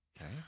Okay